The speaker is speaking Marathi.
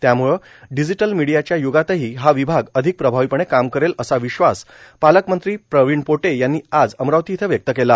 त्यामुळे डिजीटल मीडियाच्या य्गातही हा विभाग अधिक प्रभावीपणे काम करेल असा विश्वास पालकमंत्री प्रवीण पोटे पाटील यांनी आज अमरावती इथं व्यक्त केला